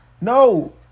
No